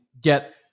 get